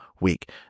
week